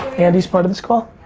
andy's part of this call?